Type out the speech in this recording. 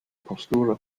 postura